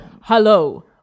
hello